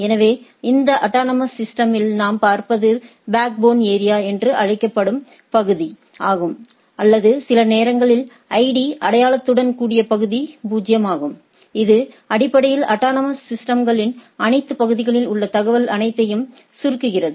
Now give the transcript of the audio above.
எனவே இந்த அட்டானமஸ் சிஸ்டமில் நாம் பார்ப்பது பேக்போன் ஏரியா என்று அழைக்கப்படும் பகுதி ஆகும் அல்லது சில நேரங்களில் ID அடையாளத்துடன் கூடிய பகுதி 0 ஆகும் இது அடிப்படையில் அட்டானமஸ் சிஸ்டம்களின் அனைத்து பகுதிகளில் உள்ள தகவல் அனைத்தையும் சுருக்குகிறது